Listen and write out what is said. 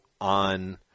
on